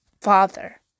father